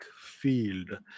field